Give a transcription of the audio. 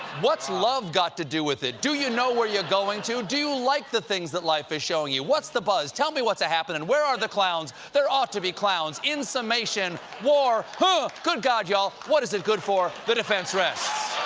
what's love got to do with it? do you know where you're going to? do you like the things that life is showing you? what's the buzz? tell me what's a-happening? where are the clowns? there ought to be clowns. in summation war hungh, good, god, y'all what is it good for? the defense rests.